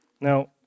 Now